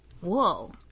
Whoa